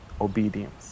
obedience